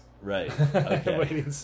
Right